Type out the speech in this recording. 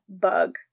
bug